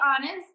honest